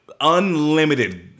unlimited